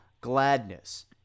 gladness